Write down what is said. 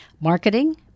Marketing